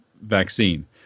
vaccine